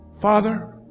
Father